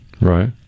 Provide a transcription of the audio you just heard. right